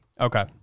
Okay